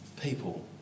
people